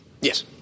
Yes